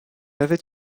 avait